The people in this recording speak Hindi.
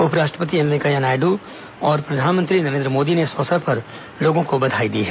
उपराष्ट्रपति एम वेंकैया नायडू और प्रधानमंत्री नरेंद्र मोदी ने इस अवसर पर लोगों को बधाई दी है